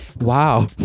Wow